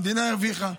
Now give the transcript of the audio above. המדינה הרוויחה.